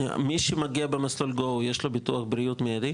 האם יש ביטוח בריאות מיידי